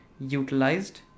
utilized